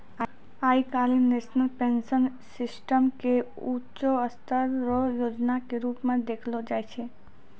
आइ काल्हि national pension system के ऊंचों स्तर रो योजना के रूप मे देखलो जाय छै